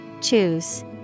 Choose